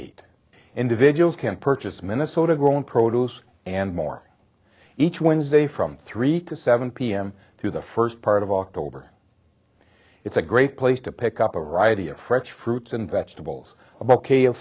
eight individuals can purchase minnesota grown produce and more each wednesday from three to seven pm through the first part of october it's a great place to pick up a righty a fresh fruits and vegetables about k